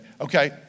Okay